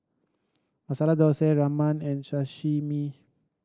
Masala Dosa Ramen and Sashimi